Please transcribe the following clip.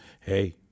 Hey